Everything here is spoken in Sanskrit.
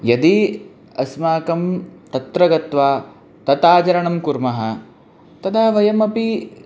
यदि अस्माकं तत्र गत्वा तत् आचरणं कुर्मः तदा वयमपि